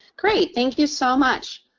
great. thank you so much.